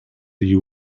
you